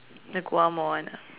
the guamo one ah